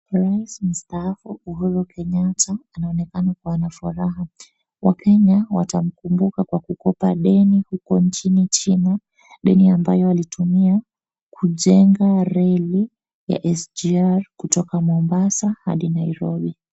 Rais mstaafu Uhuru Kenyatta anaonekana kuwa na furaha. Wa Kenya watamkumbuka kwa kukopa deni huko nchini China. Deni ambayo alitumia kujenga reli ya SGR kutoka mombasa hadi Nairobi.